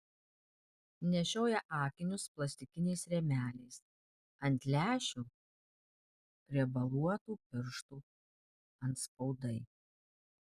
nešioja akinius plastikiniais rėmeliais ant lęšių riebaluotų pirštų atspaudai